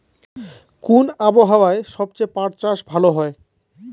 কোন আবহাওয়ায় সবচেয়ে পাট চাষ ভালো হয়?